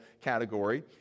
category